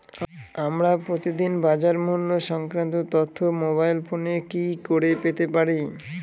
আমরা প্রতিদিন বাজার মূল্য সংক্রান্ত তথ্য মোবাইল ফোনে কি করে পেতে পারি?